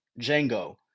Django